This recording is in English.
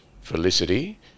Felicity